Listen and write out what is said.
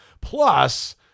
Plus